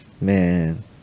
man